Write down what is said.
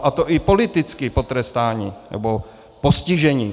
A to i politicky potrestáni, nebo postiženi.